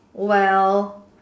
well